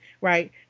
right